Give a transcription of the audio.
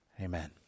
Amen